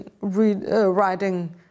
writing